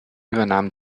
übernahm